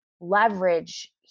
leverage